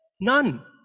none